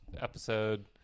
episode